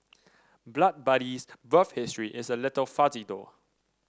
Blood Buddy's birth history is a little fuzzy though